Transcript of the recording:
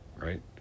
Right